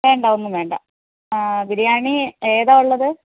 വേണ്ട ഒന്നും വേണ്ട ബിരിയാണി ഏതാ ഉള്ളത്